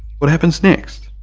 what happens next?